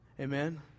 Amen